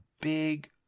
big